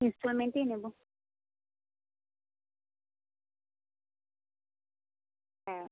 ইন্সটলমেন্টেই নেব হ্যাঁ